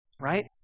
right